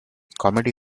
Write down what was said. comedy